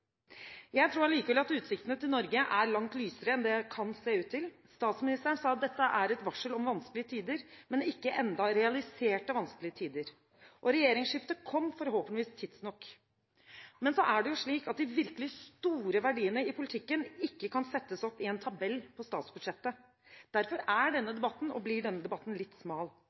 Jeg tror allikevel at utsiktene til Norge er langt lysere enn det kan se ut til. Statsministeren sa at dette er et varsel om vanskelige tider, men ennå ikke realiserte vanskelige tider. Regjeringsskiftet kom forhåpentligvis tidsnok. Men så er det slik at de virkelig store verdiene i politikken ikke kan settes opp i en tabell i statsbudsjettet. Derfor er – og blir – denne debatten litt smal.